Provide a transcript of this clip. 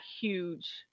huge